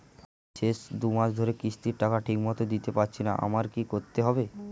আমি শেষ দুমাস ধরে কিস্তির টাকা ঠিকমতো দিতে পারছিনা আমার কি করতে হবে?